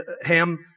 Ham